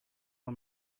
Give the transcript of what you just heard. for